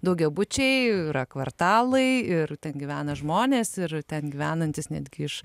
daugiabučiai yra kvartalai ir ten gyvena žmonės ir ten gyvenantys netgi iš